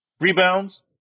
Rebounds